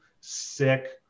sick